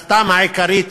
במיוחד בעידן